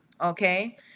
okay